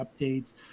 updates